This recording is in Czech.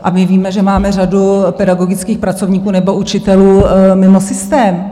Vy víte, že máme řadu pedagogických pracovníků nebo učitelů mimo systém.